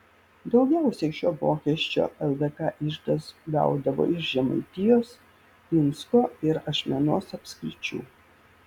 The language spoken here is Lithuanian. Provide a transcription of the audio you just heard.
daugiausiai šio mokesčio ldk iždas gaudavo iš žemaitijos pinsko ir ašmenos apskričių